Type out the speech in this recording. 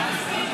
התשפ"ג 2023,